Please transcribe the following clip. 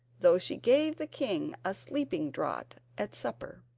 though she gave the king a sleeping draught at supper.